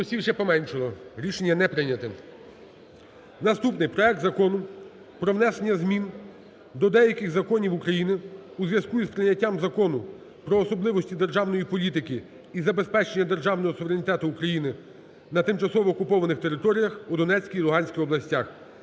Наступний. Проект Закону про внесення змін до деяких законів України у зв'язку з прийняттям Закону "Про особливості державної політики і забезпечення державного суверенітету України на тимчасово окупованих територіях в Донецькій, Луганській областях"